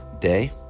day